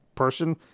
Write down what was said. person